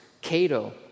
Cato